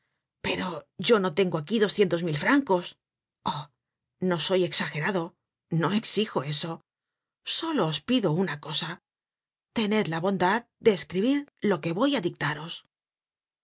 pero yo no tengo aquí doscientos mil francos oh no soy exagerado no exijo eso solo os pido una cosa tened la bondad de escribir lo que voy á dictaros